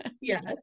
Yes